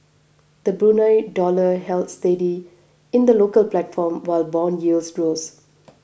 the Brunei dollar held steady in the local platform while bond yields rose